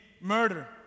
Murder